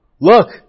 Look